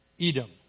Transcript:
Edom